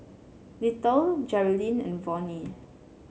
Little Jerilyn and Vonnie